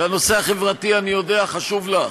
שהנושא החברתי, אני יודע, חשוב לך,